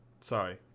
Sorry